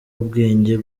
ubwenge